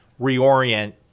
reorient